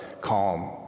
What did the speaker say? calm